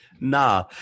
Nah